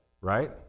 right